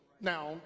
Now